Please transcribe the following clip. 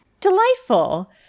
Delightful